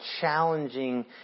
challenging